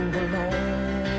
alone